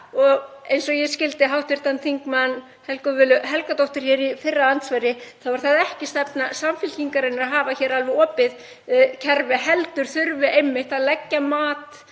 og eins og ég skildi hv. þm. Helgu Völu Helgadóttur í fyrra andsvari þá er það ekki stefna Samfylkingarinnar að hafa alveg opið kerfi heldur þurfi einmitt að leggja mat